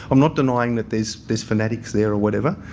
i'm not denying that there's fanatics there or whatever,